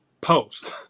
Post